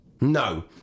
No